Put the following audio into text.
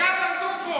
חלקם למדו פה.